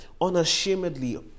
unashamedly